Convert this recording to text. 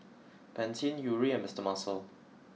Pantene Yuri and Mister Muscle